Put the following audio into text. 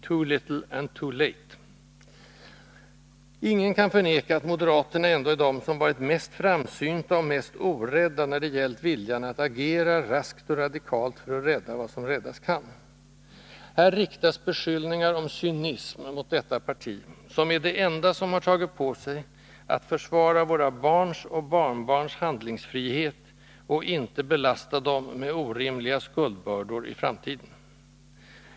”Too little and too late.” Ingen kan förneka att moderaterna ändå är de som varit mest framsynta och mest orädda, när det gällt viljan att agera raskt och radikalt för att rädda vad som räddas kan. Här riktas beskyllningar om cynism mot detta parti, som är det enda som har tagit på sig att försvara våra barns och barnbarns handlingsfrihet och inte belasta dem med orimliga skuldbördor i framtiden.